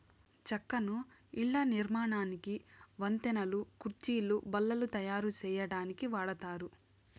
చెక్కను ఇళ్ళ నిర్మాణానికి, వంతెనలు, కుర్చీలు, బల్లలు తాయారు సేయటానికి వాడతారు